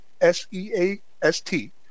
S-E-A-S-T